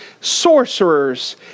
sorcerers